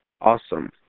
Awesome